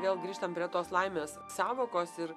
vėl grįžtam prie tos laimės sąvokos ir